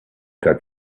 that